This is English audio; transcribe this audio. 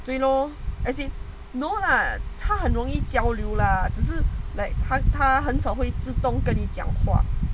对 lor as in no lah 他很容易交流 lah 只是 like 他他他很少会自动跟你讲话